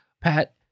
Pat